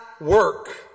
work